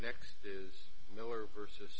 next is miller versus